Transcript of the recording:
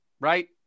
right